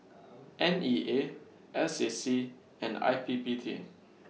N E A S A C and I P P T